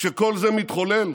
כשכל זה מתחולל,